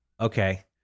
Okay